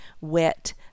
wet